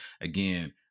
again